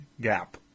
gap